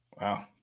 Wow